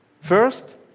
First